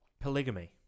polygamy